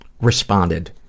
Responded